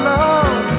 love